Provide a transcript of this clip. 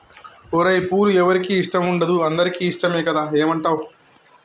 ఓరై పూలు ఎవరికి ఇష్టం ఉండదు అందరికీ ఇష్టమే కదా ఏమంటావ్